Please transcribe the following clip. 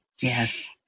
Yes